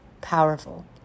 Powerful